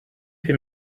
him